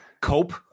cope